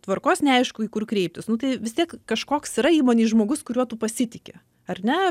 tvarkos neaišku į kur kreiptis nu tai vis tiek kažkoks yra įmonėj žmogus kuriuo tu pasitiki ar ne